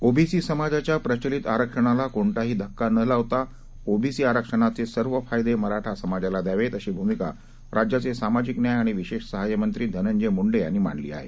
OBC समाजाच्या प्रचलित आरक्षणाला कोणताही धक्का न लावता ओबीसी आरक्षणाचे सर्व फायदे मराठा समाजाला द्यावेत अशी भूमिका राज्याचे सामाजिक न्याय आणि विशेष सहाय्य मंत्री धनंजय मुंडे यांनी मांडली आहे